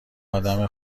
آدم